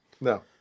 No